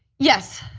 yes.